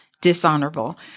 dishonorable